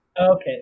Okay